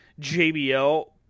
JBL